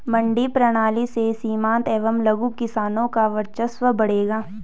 मंडी प्रणाली से सीमांत एवं लघु किसानों का वर्चस्व बढ़ेगा